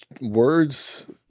words